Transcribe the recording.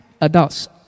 adults